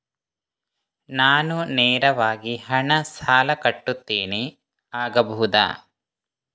ನಾನು ನೇರವಾಗಿ ಹಣ ಸಾಲ ಕಟ್ಟುತ್ತೇನೆ ಆಗಬಹುದ?